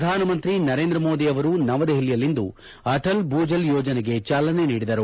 ಪ್ರಧಾನಮಂತಿ ನರೇಂದ್ರ ಮೋದಿ ಅವರು ನವದೆಹಲಿಯಲ್ಲಿಂದು ಅಟಲ್ ಭೂ ಜಿಲ್ ಯೋಜನೆಗೆ ಚಾಲನೆ ನೀಡಿದರು